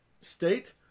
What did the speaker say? state